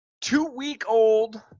two-week-old